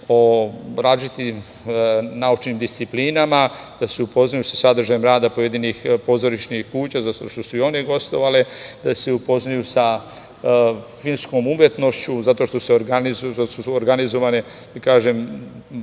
o različitim naučnim disciplinama, da se upoznaju sa sadržajem rada pojedinih pozorišnih kuća zato što su i one gostovale, da se upoznaju sa filmskom umetnošću zato što su organizovane pojekcije